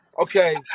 okay